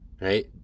Right